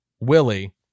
Willie